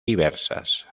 diversas